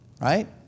Right